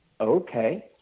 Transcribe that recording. okay